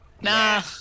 Nah